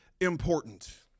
important